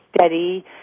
steady